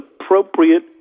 appropriate